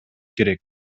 керек